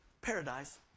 paradise